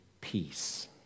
peace